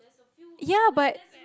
ya but